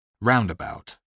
Roundabout